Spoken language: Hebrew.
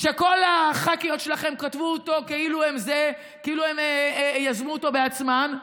שכל הח"כיות שלכן כתבו אותו כאילו הן יזמו אותו בעצמן,